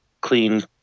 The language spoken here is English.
clean